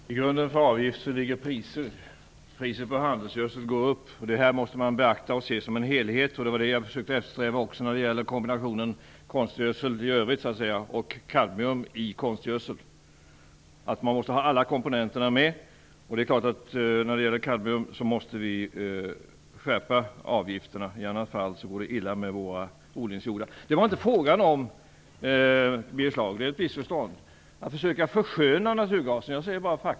Fru talman! I grunden för avgifter ligger priser, och priset på handelsgödsel går upp. Det här måste man beakta och se som en helhet, och det var det jag försökte eftersträva när det gäller kombinationen konstgödsel i övrigt och kadmium i konstgödsel. Man måste ha med alla komponenter, och när det gäller kadmium måste vi skärpa avgifterna. I annat fall går det illa med våra odlingsjordar. Det var inte fråga om att försöka försköna naturgasen. Det är ett missförstånd, Birger Schlaug. Jag säger bara det som är fakta.